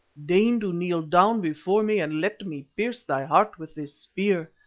deign to kneel down before me and let me pierce thy heart with this spear,